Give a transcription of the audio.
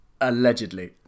Allegedly